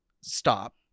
stop